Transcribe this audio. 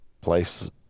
place